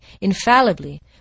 infallibly